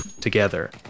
together